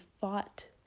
fought